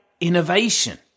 innovation